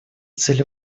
цели